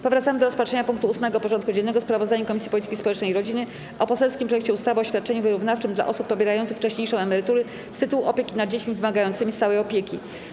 Powracamy do rozpatrzenia punktu 8. porządku dziennego: Sprawozdanie Komisji Polityki Społecznej i Rodziny o poselskim projekcie ustawy o świadczeniu wyrównawczym dla osób pobierających wcześniejszą emeryturę z tytułu opieki nad dziećmi wymagającymi stałej opieki.